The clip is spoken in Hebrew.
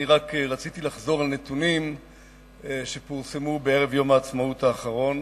אני רק רציתי לחזור על נתונים שפורסמו בערב יום העצמאות האחרון.